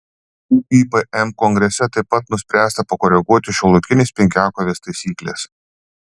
uipm kongrese taip pat nuspręsta pakoreguoti šiuolaikinės penkiakovės taisykles